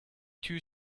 too